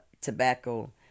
tobacco